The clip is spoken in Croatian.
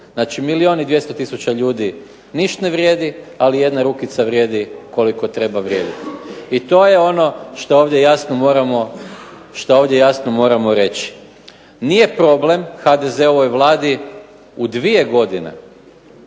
Znači milijun i 200 tisuća ljudi ništa ne vrijedi, ali jedna rukica vrijedi koliko treba vrijediti. I to je ono što ovdje jasno moramo reći. Nije problem HDZ-ovoj Vladi u dvije godine,